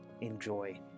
enjoy